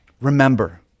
Remember